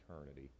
eternity